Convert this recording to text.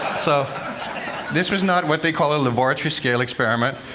so this was not what they call a laboratory-scale experiment,